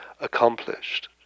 accomplished